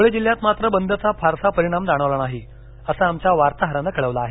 धुळे जिल्ह्यात मात्र बदचा फारसा परिणाम जाणवला नाही अस आमच्या वार्ताहरान कळवल आहे